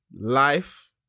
life